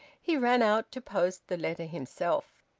he ran out to post the letter himself.